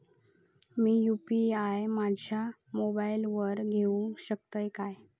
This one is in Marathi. मी यू.पी.आय माझ्या मोबाईलावर घेवक शकतय काय?